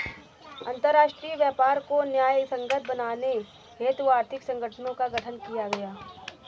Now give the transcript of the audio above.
अंतरराष्ट्रीय व्यापार को न्यायसंगत बनाने हेतु आर्थिक संगठनों का गठन किया गया है